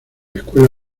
escuela